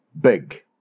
Big